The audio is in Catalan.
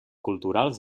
culturals